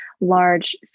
large